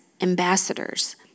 ambassadors